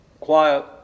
quiet